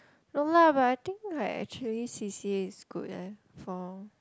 no lah but I think like actually C_C_A is good eh for